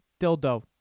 dildo